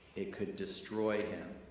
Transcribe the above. it could destroy him.